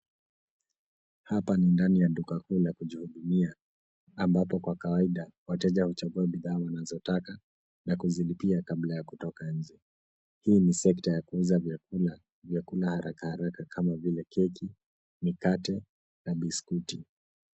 Hapa ni ndani ya duka kuu la kujihudumia ambapo kwa kawaida wateja huchagua bidhaa wanazotaka na kuzilipia kabla ya kutoka nje. Hii ni sekta ya kuuza vyakula vya kula haraka haraka kama vile keki, mikate na biskuti.